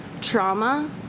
trauma